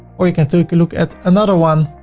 or you can take a look at another one.